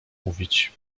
mówić